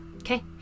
Okay